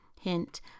Hint